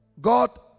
God